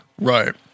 Right